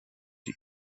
die